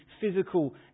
physical